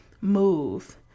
move